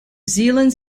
zealand